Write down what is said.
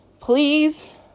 please